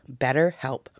BetterHelp